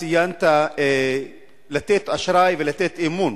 ציינת: לתת אשראי ולתת אמון.